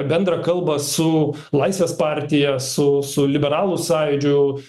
bendrą kalbą su laisvės partija su su liberalų sąjūdžiu